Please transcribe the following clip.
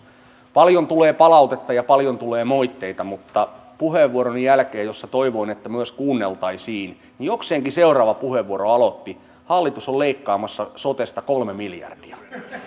paljon tulee palautetta ja paljon tulee moitteita mutta puheenvuoroni jälkeen jossa toivoin että myös kuunneltaisiin jokseenkin seuraava puheenvuoro alkoi hallitus on leikkaamassa sotesta kolme miljardia